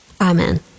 Amen